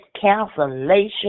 cancellation